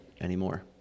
anymore